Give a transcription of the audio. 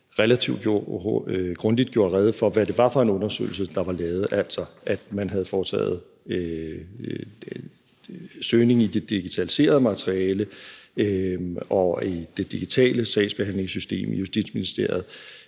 relativt grundigt gjorde rede for, hvad det var for en undersøgelse, der var lavet, altså at man havde foretaget søgning i det digitaliserede materiale og i det digitale sagsbehandlingssystem i Justitsministeriet,